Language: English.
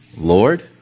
Lord